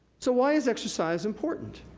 so, why is exercise important?